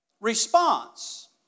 response